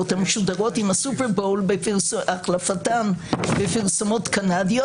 המשודרות עם ה-Super Bowl והחלפתן בפרסומות קנדיות,